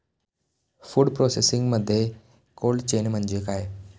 Food प्रोसेसिंगमध्ये cold chain म्हणजे काय?